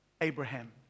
Abraham